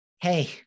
Hey